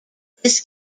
this